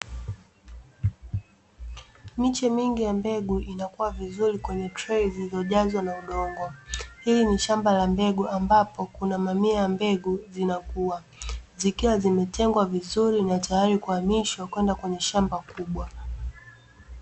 Miche mingi ya mbegu inakua vizuri kwenye trei zilizojazwa na udongo. Hili ni shamba la mbegu ambapo kuna mamia ya mbegu zinakua zikiwa zimetengwa vizuri na tayari kuhamishwa kwenda kwenye shamba kubwa.